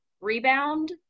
rebound